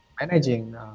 managing